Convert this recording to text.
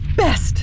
best